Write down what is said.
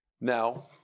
Now